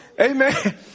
Amen